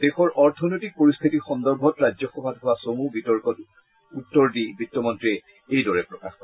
দেশৰ অৰ্থনৈতিক পৰিশ্বিতি সন্দৰ্ভত ৰাজ্যসভাত হোৱা চমু বিতৰ্কত উত্তৰ দি বিত্তমন্ত্ৰীয়ে এইদৰে প্ৰকাশ কৰে